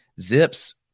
zips